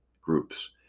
groups